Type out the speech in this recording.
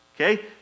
Okay